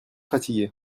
fatigués